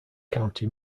county